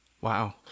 Wow